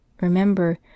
Remember